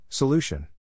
Solution